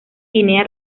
guinea